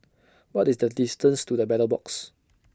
What IS The distance to The Battle Box